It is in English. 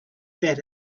that